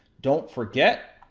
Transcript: don't forget,